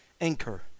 anchor